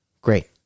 Great